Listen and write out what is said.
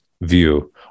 view